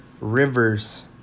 Rivers